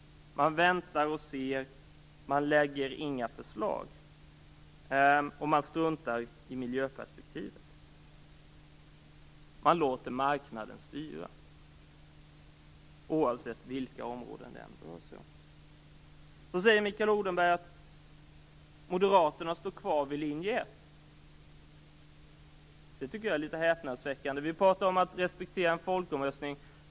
Man väntar och ser. Man lägger inte fram några förslag. Man struntar i miljöperspektivet. Man låter marknaden styra, oavsett vilka områden det rör sig om. Mikael Odenberg säger att Moderaterna står kvar vid linje 1. Det tycker jag är litet häpnadsväckande. Vi pratar om att respektera resultatet av en folkomröstning.